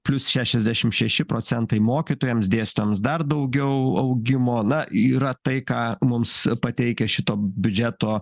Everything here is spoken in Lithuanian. plius šešiasdešim šeši procentai mokytojams dėstytojams dar daugiau augimo na yra tai ką mums pateikia šito biudžeto